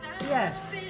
Yes